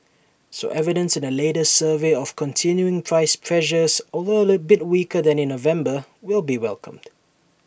so evidence in the latest survey of continuing price pressures although A bit weaker than in November will be welcomed